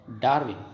Darwin